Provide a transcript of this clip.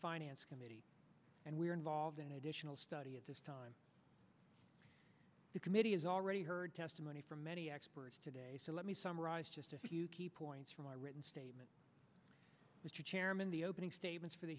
finance committee and we're involved in it study at this time the committee has already heard testimony from many experts today so let me summarize just a few key points from our written statement mr chairman the opening statements for the